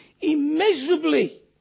immeasurably